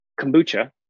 kombucha